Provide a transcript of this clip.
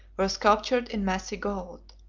were sculptured in massy gold.